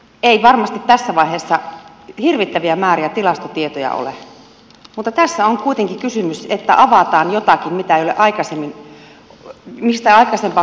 ei varmasti tässä vaiheessa hirvittäviä määriä tilastotietoja ole mutta tässä on kuitenkin kysymys että avataan jotakin mistä aikaisempaa kokemusta ei ole